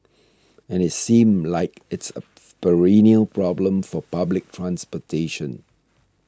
and it seems like it's a perennial problem for public transportation